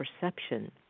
perception